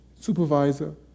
supervisor